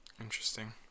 Interesting